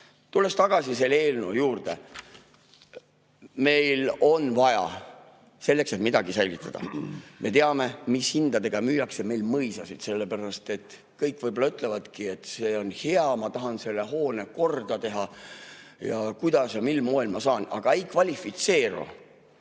Tulles tagasi selle eelnõu juurde: meil on seda vaja selleks, et midagi säilitada. Me teame, mis hindadega müüakse meil mõisaid. Kõik võib-olla ütlevadki, et see on hea, ma tahan selle hoone korda teha, aga kuidas, mil moel ma saan toetust. Aga ei kvalifitseeru.